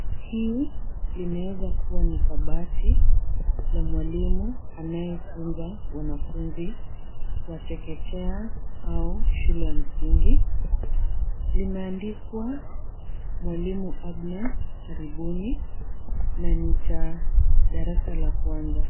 Hii linaeza kuwa ni kabati la mwalimu anayefunza wanafunzi wa chekechea au shule ya msingi. Limeandikwa mwalimu Agnes karibuni na ni cha darasa la kwanza.